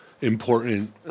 important